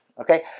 Okay